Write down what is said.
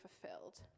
fulfilled